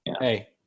Hey